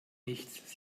nichts